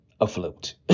afloat